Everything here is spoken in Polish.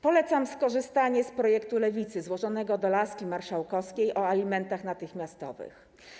Polecam skorzystanie z projektu Lewicy złożonego do laski marszałkowskiej o alimentach natychmiastowych.